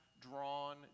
drawn